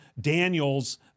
Daniels